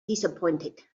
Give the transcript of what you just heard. disappointed